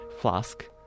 flask